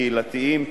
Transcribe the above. קהילתיים,